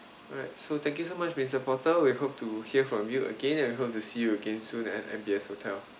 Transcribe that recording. alright so thank you so much mister porter we hope to hear from you again and we hope to see you again soon at M_B_S hotel